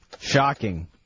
Shocking